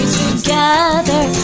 together